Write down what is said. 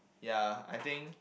ya I think